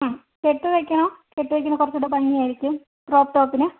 ആ കെട്ട് വയ്ക്കണോ കെട്ട് വയ്ക്കണത് കുറച്ചുകൂടെ ഭംഗി ആയിരിക്കും ക്രോപ്പ് ടോപ്പിന്